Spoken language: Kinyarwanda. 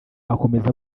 akomeza